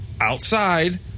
outside